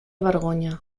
vergonya